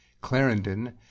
Clarendon